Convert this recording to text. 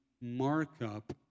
markup